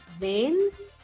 veins